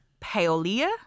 Paolia